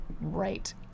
right